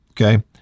okay